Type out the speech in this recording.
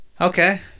okay